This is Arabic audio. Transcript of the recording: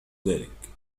ذلك